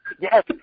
Yes